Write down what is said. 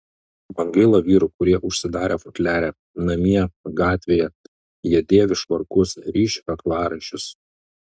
man gaila vyrų kurie užsidarę futliare namie gatvėje jie dėvi švarkus ryši kaklaraiščius